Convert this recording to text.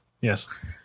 Yes